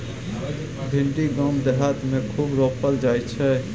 भिंडी गाम देहात मे खूब रोपल जाई छै